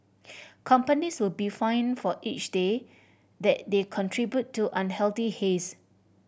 companies will be fined for each day that they contribute to unhealthy haze